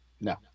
no